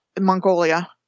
Mongolia